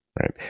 right